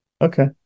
Okay